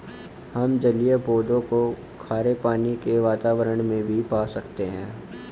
हम जलीय पौधों को खारे पानी के वातावरण में भी पा सकते हैं